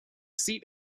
seat